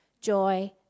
joy